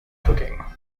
cooking